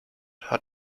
hat